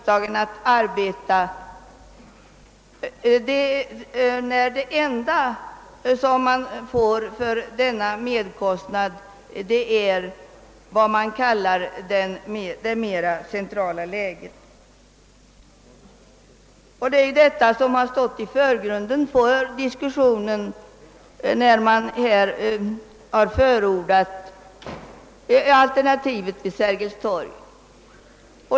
Det enda man får för den merkostnaden är vad man kallar för det mera centrala läget. Det är också det som stått i förgrunden när man förordat alternativet vid Sergels torg.